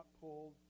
pulled